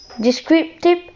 Descriptive